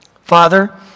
Father